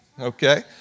Okay